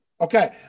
Okay